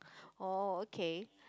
oh okay